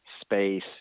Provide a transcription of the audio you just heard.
space